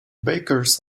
bakers